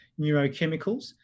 neurochemicals